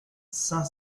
cinq